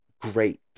Great